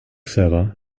sarah